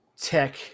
tech